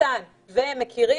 מתן ואחרים,